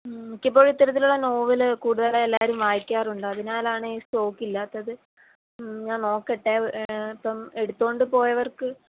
മിക്കപ്പോഴും ഇത്തരത്തിലുള്ള നോവൽ കൂടുതലായും എല്ലാവരും വായിക്കാറുണ്ട് അതിനാലാണ് ഈ സ്റ്റോക്ക് ഇല്ലാത്തത് ഞാൻ നോക്കട്ടെ ഇപ്പം എടുത്തോണ്ട് പോയവർക്ക്